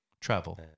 Travel